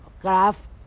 graph